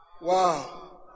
Wow